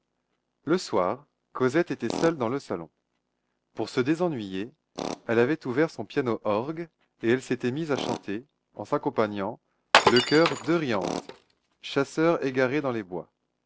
le soir cosette était seule dans le salon pour se désennuyer elle avait ouvert son piano orgue et elle s'était mise à chanter en s'accompagnant le choeur d'euryanthe chasseurs égarés dans les bois